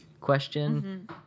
question